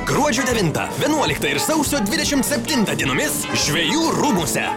gruodžio devintą vienuoliktą ir sausio dvidešimt septintą dienomis žvejų rūmuose